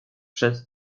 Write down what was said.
przez